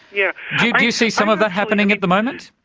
yeah do you see some of that happening at the moment?